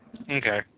Okay